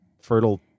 fertile